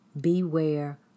Beware